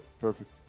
perfect